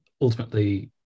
ultimately